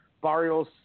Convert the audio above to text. Barrios